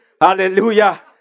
Hallelujah